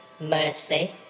mercy